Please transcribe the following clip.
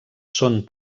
són